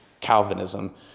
Calvinism